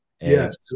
Yes